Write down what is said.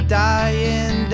dying